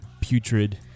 Putrid